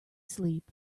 sleep